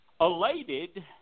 elated